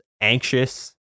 anxious